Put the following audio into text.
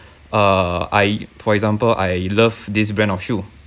uh I for example I love this brand of shoe